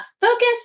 Focus